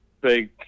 big